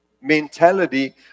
mentality